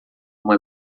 uma